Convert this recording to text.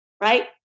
right